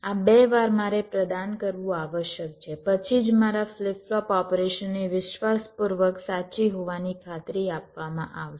આ બે વાર મારે પ્રદાન કરવું આવશ્યક છે પછી જ મારા ફ્લિપ ફ્લોપ ઓપેરશનની વિશ્વાસપૂર્વક સાચી હોવાની ખાતરી આપવામાં આવશે